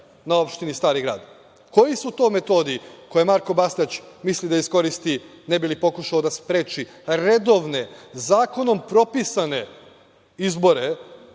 na opštini Stari Grad? Koji su to metodi koje Marko Bastać misli da iskoristi ne bi li pokušao da spreči redovne, zakonom propisane izbore